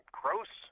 gross